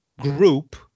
group